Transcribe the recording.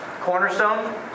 Cornerstone